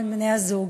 בין בני-הזוג.